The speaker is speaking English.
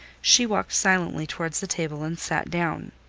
she walked silently towards the table, and sat down.